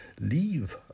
Leave